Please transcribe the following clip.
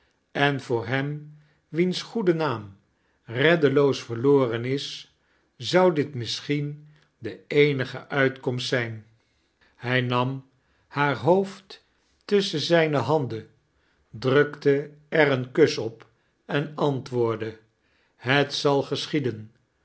en voor hem wiens goede naam reddeloos verlofen is zou dit misschien de eenige uitkomst zrjn hij nam haar hoofd tusschen zijne handen drukte er een kus op en antwoordde het zal geschieden